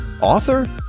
author